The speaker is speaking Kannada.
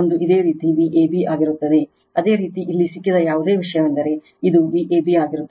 ಒಂದು ಇದೇ ರೀತಿ Vab ಆಗಿರುತ್ತದೆ ಅದೇ ರೀತಿ ಇಲ್ಲಿ ಸಿಕ್ಕಿದ ಯಾವುದೇ ವಿಷಯವೆಂದರೆ ಇದು Vab ಆಗಿರುತ್ತದೆ